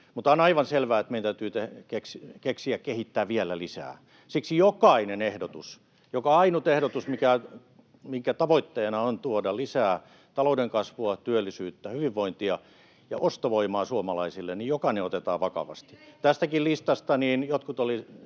Mutta on aivan selvää, että meidän täytyy keksiä ja kehittää vielä lisää. Siksi jokainen ehdotus — joka ainut ehdotus, minkä tavoitteena on tuoda lisää talouden kasvua, työllisyyttä, hyvinvointia ja ostovoimaa suomalaisille — otetaan vakavasti. [Suna Kymäläinen: